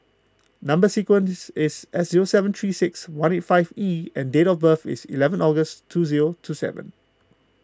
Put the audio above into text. Number Sequence is S U seven three six one eight five E and date of birth is eleven August two zero two seven